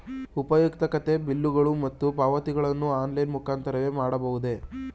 ಉಪಯುಕ್ತತೆ ಬಿಲ್ಲುಗಳು ಮತ್ತು ಪಾವತಿಗಳನ್ನು ಆನ್ಲೈನ್ ಮುಖಾಂತರವೇ ಮಾಡಬಹುದೇ?